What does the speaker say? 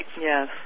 Yes